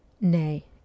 Nay